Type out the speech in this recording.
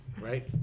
right